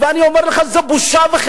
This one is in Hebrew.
אדוני היושב-ראש, אני רוצה, תסיים בבקשה.